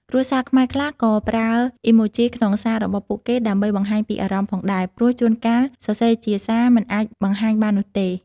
គ្រួសារខ្មែរខ្លះ ក៏ប្រើអុីម៉ូជីក្នុងសាររបស់ពួកគេ ដើម្បីបង្ហាញពីអារម្មណ៍ផងដែរ ព្រោះជួនកាលសរសេរជាសារមិនអាចបង្ហាញបាននោះទេ។